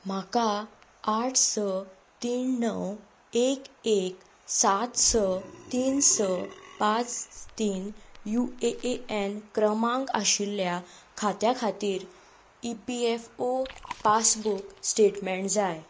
म्हाका आठ स तीन णव एक एक सात स तीन स पांच तीन यु ए ए एन क्रमांक आशिल्ल्या खात्या खातीर E P F O passbook statement जाय